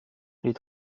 les